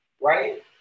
Right